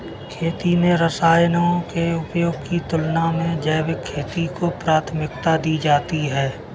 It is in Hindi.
खेती में रसायनों के उपयोग की तुलना में जैविक खेती को प्राथमिकता दी जाती है